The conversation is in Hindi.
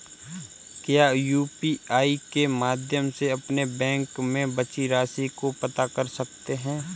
क्या यू.पी.आई के माध्यम से अपने बैंक में बची राशि को पता कर सकते हैं?